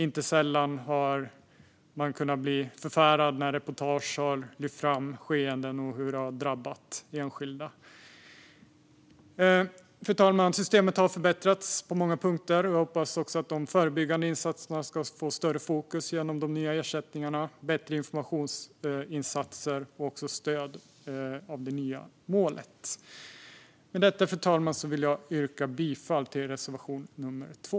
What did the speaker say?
Inte sällan har man kunnat bli förfärad när reportage har lyft fram skeenden och hur det har drabbat enskilda. Fru talman! Systemet har förbättrats på många punkter. Vi hoppas att det genom de nya ersättningarna ska bli större fokus på de förebyggande insatserna, bättre informationsinsatser och stöd för det nya målet. Fru talman! Med detta vill jag yrka bifall till reservation nummer 2.